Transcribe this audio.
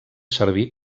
servir